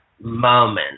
moment